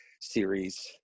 series